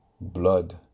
blood